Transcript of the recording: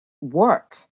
work